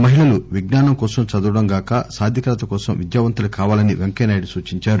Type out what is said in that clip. మహిళలు విజ్ఞానం కోసం చదవడం గాక సాధికారత కోసం విద్యావంతులు కావాలని వెంకయ్యనాయుడు సూచించారు